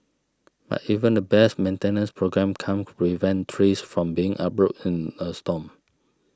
but even the best maintenance programme can't prevent trees from being uprooted in a storm